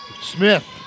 Smith